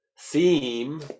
theme